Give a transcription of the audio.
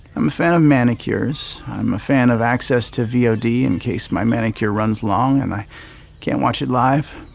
i'm a fan of manicures, i'm a fan of access to vod so in case my manicure runs long and i can't watch it live.